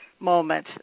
Moment